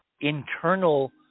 internal